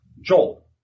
Joel